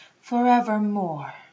forevermore